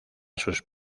sus